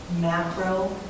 macro